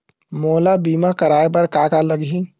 मोला बीमा कराये बर का का लगही?